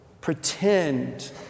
pretend